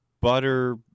butter